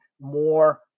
more